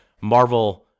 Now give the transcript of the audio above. Marvel